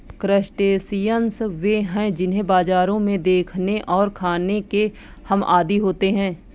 crustaceans वे हैं जिन्हें बाजारों में देखने और खाने के हम आदी होते हैं